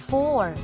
Four